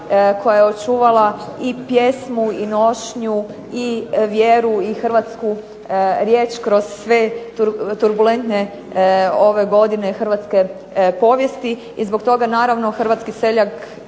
koja je očuvala i pjesmu i nošnju i vjeru i Hrvatsku riječ kroz sve turbulentne ove godine Hrvatske povijesti i zbog toga naravno Hrvatski seljak